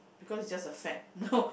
because is just the fat no